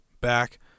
back